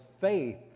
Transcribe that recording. faith